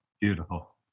beautiful